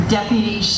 Deputy